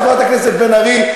חברת הכנסת בן ארי,